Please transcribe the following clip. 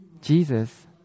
Jesus